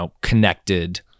connected